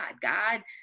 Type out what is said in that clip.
God